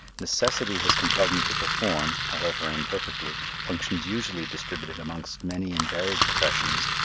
necessity has compelled me to perform, however imperfectly, functions usually distributed amongst many and varied professions,